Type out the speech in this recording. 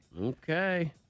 Okay